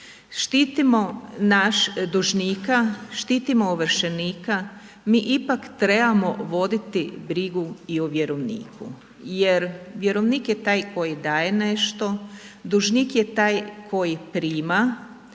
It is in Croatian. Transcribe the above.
štitimo našeg dužnika, štitimo ovršenika mi ipak trebamo voditi brigu i o vjerovniku jer vjerovnik je taj koji daje nešto, dužnik je taj koji prima